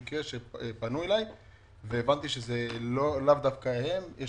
מקרה שפנו אלי והבנתי שזה לאו דווקא הם אלא יש